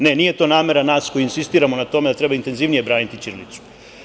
Ne, nije to namera nas koji insistiramo na tome da treba intenzivnije braniti ćirilicu.